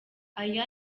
aya